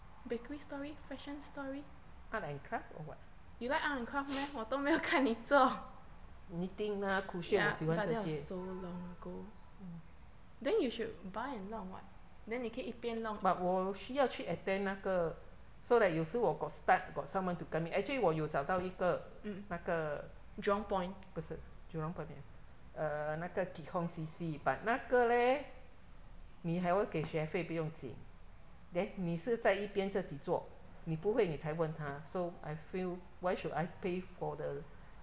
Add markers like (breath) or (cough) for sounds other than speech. art and craft or what (breath) knitting lah cushion 我喜欢这些 but 我需要去 attend 那个 so that 有时我 got stuck got someone to tell me actually 我有找到一个那个不是 jurong point 没有 err 那个 keat hong C_C but 那个 leh 你还要给学费不用紧 then 你是在一边自己做你不会你才问他 so I feel why should I pay for the